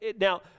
now